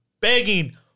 begging